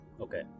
Okay